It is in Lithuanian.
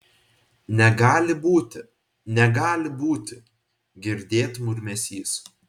negali būti negali būti girdėt murmesys